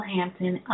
Hampton